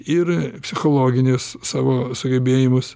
ir psichologinius savo sugebėjimus